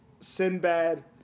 Sinbad